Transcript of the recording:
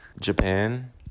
Japan